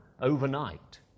overnight